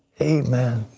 amen.